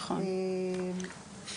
נכון.